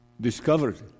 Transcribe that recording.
discovered